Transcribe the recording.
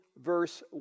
verse